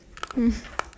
mm